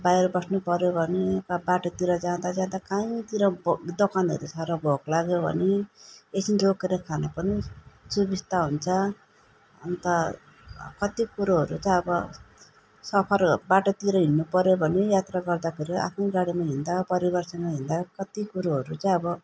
बाहिर बस्नुपऱ्यो भने वा बाटोतिर जाँदा जाँदा कहीँतिर ब दोकानहरू छ र भोक लाग्यो भने एकछिन रोकेर खानु पनि सुविस्ता हुन्छ अन्त कति कुरोहरू त अब सफर बाटोतिर हिँड्नुपऱ्यो भने यात्रा गर्दाखेरि आफ्नै गाडीमा हिँड्दा परिवारसँग हिँड्दा कति कुरोहरू चाहिँ अब